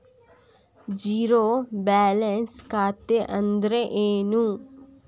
Zero balance ಖಾತೆ ಅಂದ್ರೆ ಏನು?